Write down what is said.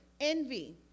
envy